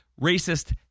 racist